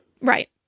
Right